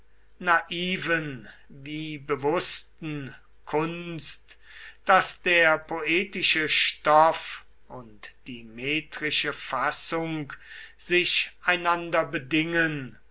naiven wie bewußten kunst daß der poetische stoff und die metrische fassung sich einander bedingen